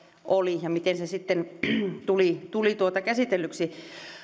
oli ja miten se sitten tuli tuli käsitellyksi